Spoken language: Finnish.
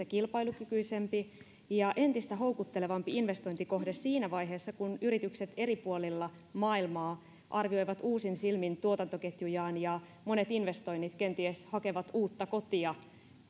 kilpailukykyisempi ja entistä houkuttelevampi investointikohde siinä vaiheessa kun yritykset eri puolilla maailmaa arvioivat uusin silmin tuotantoketjujaan ja monet investoinnit kenties hakevat uutta kotia